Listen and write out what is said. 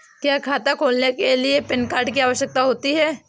क्या खाता खोलने के लिए पैन कार्ड की आवश्यकता होती है?